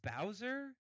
Bowser